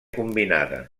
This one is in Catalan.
combinada